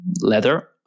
leather